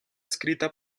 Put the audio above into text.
escrita